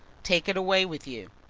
take it away with you.